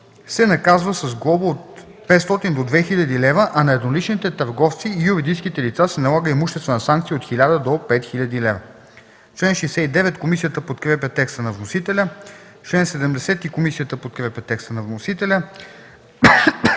се наказва с глоба от 500 до 2000 лв., а на едноличните търговци и юридическите лица се налага имуществена санкция от 1000 до 5000 лв.” По чл. 69 комисията подкрепя текста на вносителя. По чл. 70 комисията подкрепя текста на вносителя.